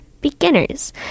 beginners